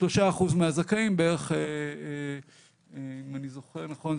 כ-3% מהזכאים אם אני זוכר נכון,